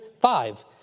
five